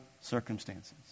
circumstances